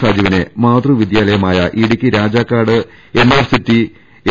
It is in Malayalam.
സാജുവിനെ മാതൃവിദ്യാലയമായ Idukki Rajakkad NR city S